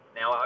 Now